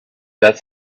that